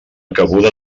cabuda